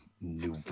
New